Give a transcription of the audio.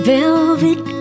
velvet